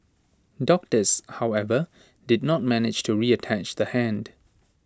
doctors however did not manage to reattach the hand